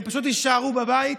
הן פשוט יישארו בבית,